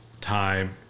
time